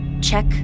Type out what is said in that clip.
check